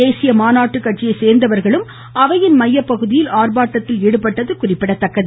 தேசிய மாநாட்டு கட்சியை சோ்ந்தவர்களும் அவையின் மையப்பகுதியில் ஆர்ப்பாட்டத்தில் ஈடுபட்டது குறிப்பிடத்தக்கது